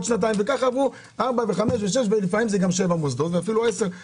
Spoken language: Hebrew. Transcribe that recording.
שנתיים ולפעמים עברה חמישה וששה ואפילו עשרה מוסדות.